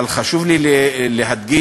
אבל חשוב לי להדגיש,